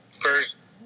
first